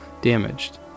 damaged